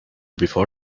before